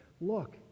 look